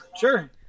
sure